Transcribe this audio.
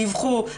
דיווחו,